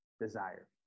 desire